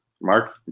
mark